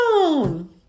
down